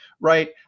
right